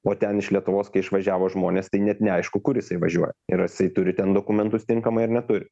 o ten iš lietuvos kai išvažiavo žmonės tai net neaišku kur jisai važiuoja ar jisai turi ten dokumentus tinkamai ar neturi